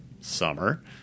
summer